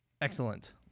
Excellent